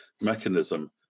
mechanism